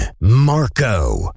Marco